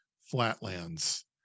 flatlands